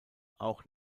auch